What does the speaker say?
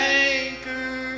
anchor